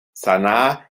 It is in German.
sanaa